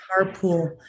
carpool